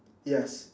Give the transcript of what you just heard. yes